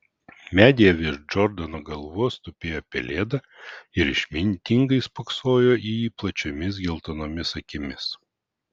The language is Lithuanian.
medyje virš džordano galvos tupėjo pelėda ir išmintingai spoksojo į jį plačiomis geltonomis akimis